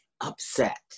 upset